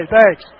thanks